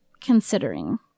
considering